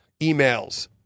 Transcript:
emails